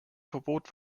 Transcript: verbot